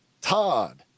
todd